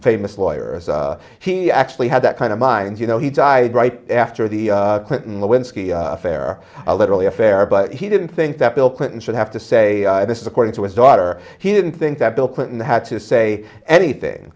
famous lawyer he actually had that kind of mind you know he died right after the clinton lewinsky affair literally affair but he didn't think that bill clinton should have to say this is according to his daughter he didn't think that bill clinton had to say anything